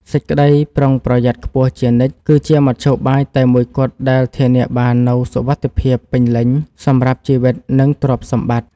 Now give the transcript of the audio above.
សេចក្តីប្រុងប្រយ័ត្នខ្ពស់ជានិច្ចគឺជាមធ្យោបាយតែមួយគត់ដែលធានាបាននូវសុវត្ថិភាពពេញលេញសម្រាប់ជីវិត និងទ្រព្យសម្បត្តិ។